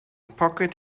pocket